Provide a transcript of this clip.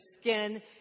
skin